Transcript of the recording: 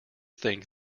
think